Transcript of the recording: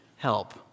help